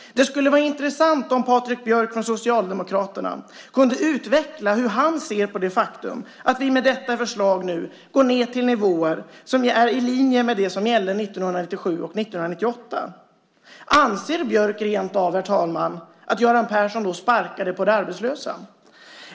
Det skulle vara intressant om Patrik Björck från Socialdemokraterna kunde utveckla hur han ser på det faktum att vi med detta förslag nu går ned till nivåer som är i linje med det som gällde 1997 och 1998. Anser Björck rent av, herr talman, att Göran Persson då sparkade på de arbetslösa?